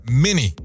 Mini